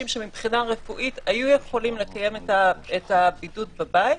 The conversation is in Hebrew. שמבחינה רפואית היו יכולים לקיים את הבידוד בבית,